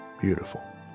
beautiful